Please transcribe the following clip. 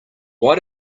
why